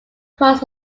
cross